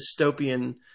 dystopian